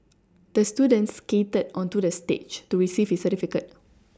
the student skated onto the stage to receive his certificate